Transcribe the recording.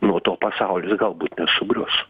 nuo to pasaulis galbūt sugrius